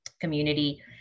community